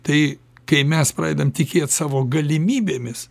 tai kai mes pradedam tikėt savo galimybėmis